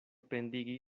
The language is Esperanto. pendigi